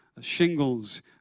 shingles